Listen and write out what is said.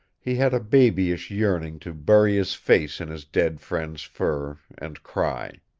he had a babyish yearning to bury his face in his dead friend's fur, and cry.